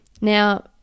Now